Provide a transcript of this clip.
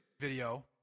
video